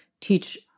teach